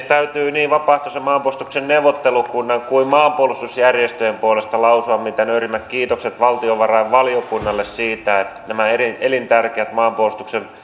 täytyy niin vapaaehtoisen maanpuolustuksen neuvottelukunnan kuin maanpuolustusjärjestöjen puolesta lausua mitä nöyrimmät kiitokset valtiovarainvaliokunnalle siitä että nämä elintärkeät